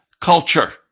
culture